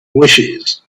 wishes